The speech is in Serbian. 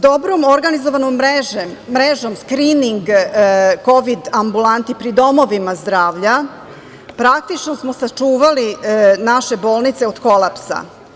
Dobro organizovanom mrežom skrining kovid ambulanti pri domovima zdravlja praktično smo sačuvali naše bolnice od kolapsa.